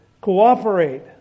Cooperate